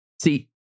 See